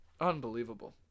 Unbelievable